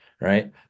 right